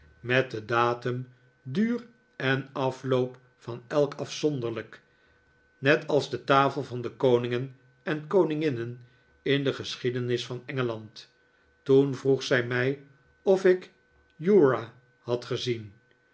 met den datum duur en afloop van elk afzonderlijk net als de taf el van de koningen en koninginnen in de geschiedenis van engeland toen vroeg zij mij of ik uriah had gezien